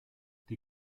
die